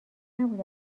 نبود